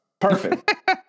Perfect